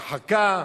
הרחקה,